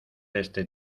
ese